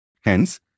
Hence